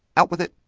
out with it.